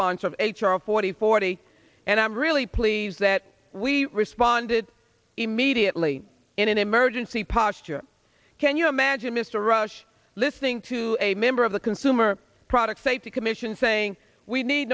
sponsor of h r forty forty and i'm really pleased that we responded immediately in an emergency posture can you imagine mr rush listening to a member of the consumer product safety commission saying we need